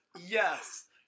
yes